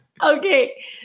Okay